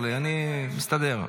תודה, לא צריך לעזור לי, אני מסתדר.